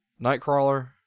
Nightcrawler